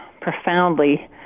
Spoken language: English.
profoundly